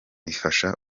ifashe